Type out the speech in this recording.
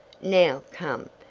now, come,